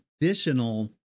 additional